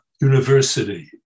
university